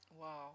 Wow